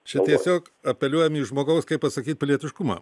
čia tiesiog apeliuojam į žmogaus kaip pasakyt pilietiškumą